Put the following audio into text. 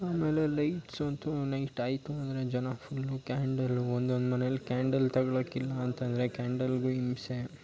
ಆಮೇಲೆ ಲೈಟ್ಸ್ ಅಂತೂ ನೈಟ್ ಆಯಿತು ಅಂದರೆ ಜನ ಫುಲ್ಲು ಕ್ಯಾಂಡಲು ಒಂದೊಂದು ಮನೆಯಲ್ಲಿ ಕ್ಯಾಂಡಲ್ ತಗೊಳೋಕೆ ಇಲ್ಲ ಅಂತಂದರೆ ಕ್ಯಾಂಡಲ್ಲಿಗೂ ಹಿಂಸೆ